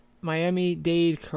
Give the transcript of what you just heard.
Miami-Dade